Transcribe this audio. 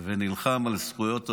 ונלחם על זכויות העובדים.